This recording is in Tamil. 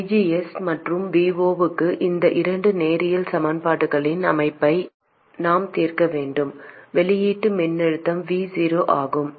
VGS மற்றும் Vo க்கு இந்த இரண்டு நேரியல் சமன்பாடுகளின் அமைப்பை நாம் தீர்க்க வேண்டும் வெளியீட்டு மின்னழுத்தம் Vo ஆகும்